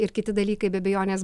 ir kiti dalykai be abejonės